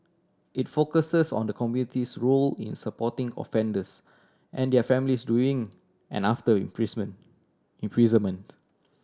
it focuses on the community's role in supporting offenders and their families doing and after imprisonment imprisonment